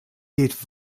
geht